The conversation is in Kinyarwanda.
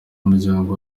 muryango